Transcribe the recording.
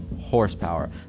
horsepower